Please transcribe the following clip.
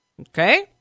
okay